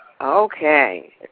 Okay